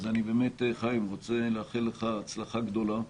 אז, חיים, אני באמת רוצה לאחל לך הצלחה גדולה.